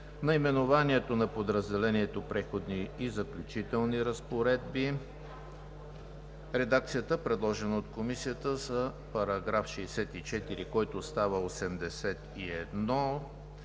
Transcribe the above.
наименованието на подразделението „Преходни и заключителни разпоредби“; редакцията, предложена от Комисията за § 64, който става §